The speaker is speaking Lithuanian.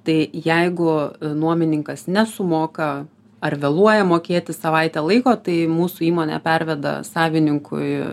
tai jeigu nuomininkas nesumoka ar vėluoja mokėti savaitę laiko tai mūsų įmonė perveda savininkui